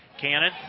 Cannon